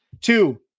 Two